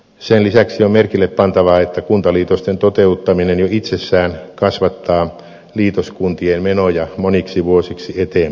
sen lisäksi on merkille pantavaa että kuntaliitosten toteuttaminen jo itsessään kasvattaa liitoskuntien menoja moniksi vuosiksi eteenpäin